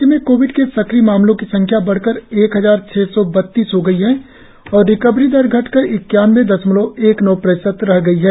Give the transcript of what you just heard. राज्य में कोविड के सक्रिय मामलों की संख्या बढ़कर एक हजार छह सौ बत्तीस हो गई है और रिकवरी दर घटकर इक्यानवे दशमलव एक नौ प्रतिशत रग गई है